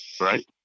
Right